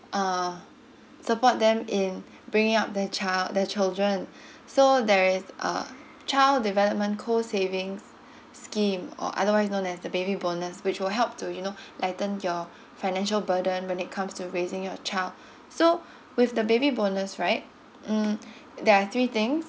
uh support them in bringing up the child the children so there is uh child development co savings scheme or otherwise known as the baby bonus which will help to you know lighten your financial burden when it comes to raising your child so with the baby bonus right mm there are three things